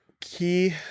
Key